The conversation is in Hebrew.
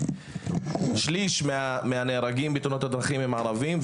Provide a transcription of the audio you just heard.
שליש מהנהרגים בתאונות הדרכים הם ערבים,